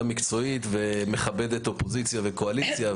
מקצועית ומכבדת אופוזיציה וקואליציה.